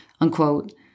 unquote